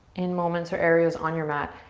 in moments or areas on your mat,